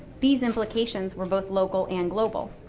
these implications were both local and global.